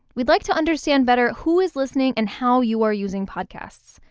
we'd like to understand better who is listening and how you are using podcasts.